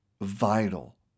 vital